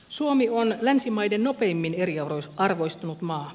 suomi on länsimaiden nopeimmin eriarvoistunut maa